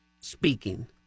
speaking